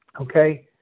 Okay